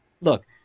look